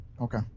Okay